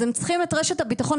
אז הם צריכים את רשת הביטחון,